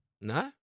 No